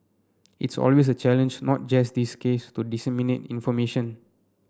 it's always a challenge not just this case to disseminate information